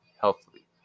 healthily